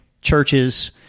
churches